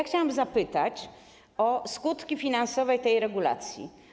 Chciałam zapytać o skutki finansowe tej regulacji.